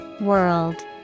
World